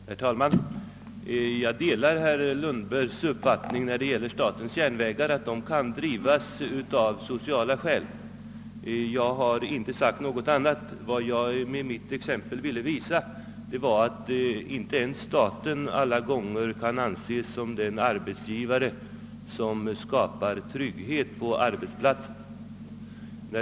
Herr talman! Jag delar herr Lundbergs uppfattning att statens järnvägar kan drivas av sociala skäl och jag har inte sagt någonting annat. Vad jag med mitt exempel ville visa var, att inte ens staten alla gånger kan anses vara en arbetsgivare som skapar trygghet på arbetsplatsen.